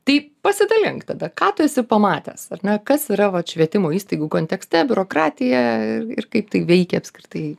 tai pasidalink tada ką tu esi pamatęs ar ne kas yra vat švietimo įstaigų kontekste biurokratija ir kaip tai veikia apskritai